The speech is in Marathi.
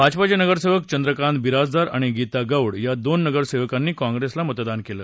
भाजपाचे नगरसेवक चंद्रकांत बिराजदार आणि गिता गौड या दोन नगरसेवकांनी कॅप्रेसला मतदान केलं